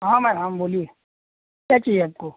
हाँ मैम हाँ बोलिए क्या चाहिए आपको